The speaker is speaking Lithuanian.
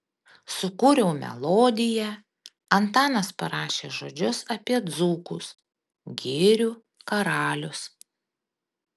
sukūriau melodiją antanas parašė žodžius apie dzūkus girių karalius